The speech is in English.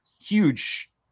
huge